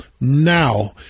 now